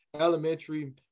elementary